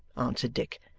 answered dick,